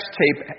tape